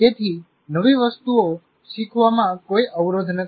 તેથી નવી વસ્તુઓ શીખવામાં કોઈ અવરોધ નથી